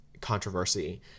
controversy